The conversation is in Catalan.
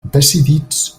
decidits